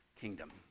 kingdom